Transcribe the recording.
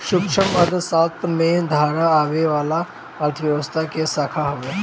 सूक्ष्म अर्थशास्त्र मेन धारा में आवे वाला अर्थव्यवस्था कअ शाखा हवे